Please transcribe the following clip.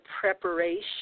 preparation